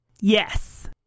Yes